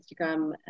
Instagram